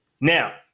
Now